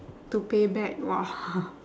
to pay back !wah!